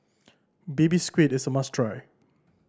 Baby Squid is a must try